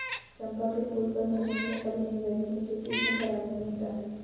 चंपा के फूल पर मधुमक्खियां कभी नहीं बैठती हैं क्योंकि इसमें पराग नहीं होता है